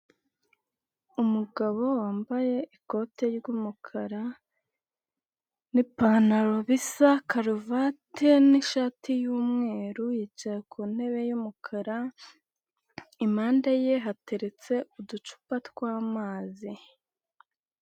Umugabo wambaye ikote ry'umukara n'ipantaro bisa karuvati n'ishati y'umweru yicaye ku ntebe y'umukara impande ye hateretse uducupa tw'amazi.